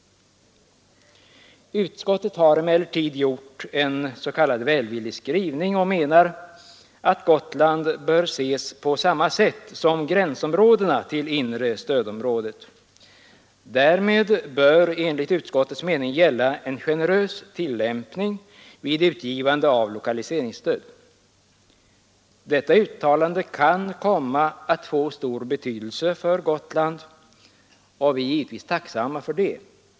Utskottet har emellertid gjort en s.k. välvillig skrivning och menar att Gotland bör ses på samma sätt som gränsområdena till inre stödområdet. Därmed bör enligt utskottets mening gälla en generös tillämpning vid utgivande av lokaliseringsstöd. Detta uttalande kan komma att få stor betydelse för Gotland, och vi är givetvis tacksamma för det.